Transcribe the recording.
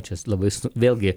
čia labai su vėl gi